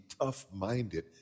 tough-minded